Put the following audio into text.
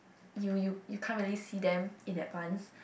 you you you can't really see them in advance